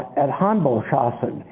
at heimboldshausen.